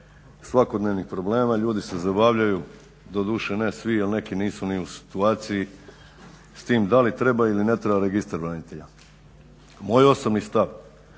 svakodnevnih problema ljudi se zabavljaju, doduše ne svi jer neki nisu ni u situaciji s tim da li treba ili ne treba Registar branitelja. Moj osobni stav,